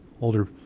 older